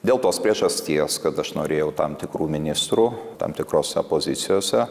dėl tos priežasties kad aš norėjau tam tikrų ministrų tam tikrose pozicijose